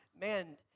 Man